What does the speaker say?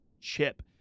chip